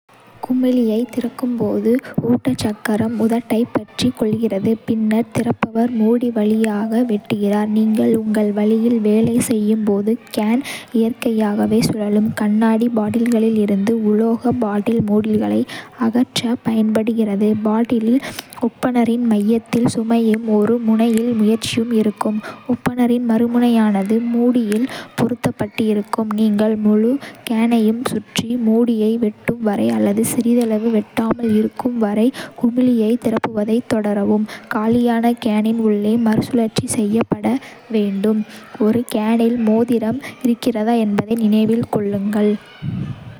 குமிழியைத் திருப்பும்போது, ​​ஊட்டச் சக்கரம் உதட்டைப் பற்றிக் கொள்கிறது. பின்னர் திறப்பவர் மூடி வழியாக வெட்டுகிறார். நீங்கள் உங்கள் வழியில் வேலை செய்யும் போது கேன் இயற்கையாகவே சுழலும். கண்ணாடி பாட்டில்களில் இருந்து உலோக பாட்டில் மூடிகளை அகற்றப் பயன்படுகிறது. பாட்டில் ஓப்பனரின் மையத்தில் சுமையும் ஒரு முனையில் முயற்சியும் இருக்கும். ஓப்பனரின் மறுமுனையானது மூடியில் பொருத்தப்பட்டிருக்கும், நீங்கள் முழு கேனையும் சுற்றி மூடியை வெட்டும் வரை அல்லது சிறிதளவு வெட்டாமல் இருக்கும் வரை குமிழியைத் திருப்புவதைத் தொடரவும். காலியான கேனின் உள்ளே மறுசுழற்சி செய்யப்பட வேண்டும். ஒரு கேனில் மோதிரம் இருக்கிறதா என்பதை நினைவில் கொள்ளுங்கள்.